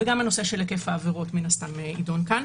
וגם הנושא של היקף העבירות מן הסתם ידון כאן.